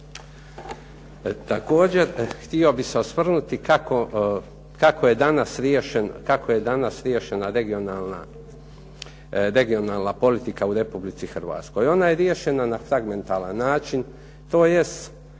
Također, htio bih se osvrnuti kako je danas riješena regionalna politika u Republici Hrvatskoj. Ona je riješena na fragmentalan način, tj.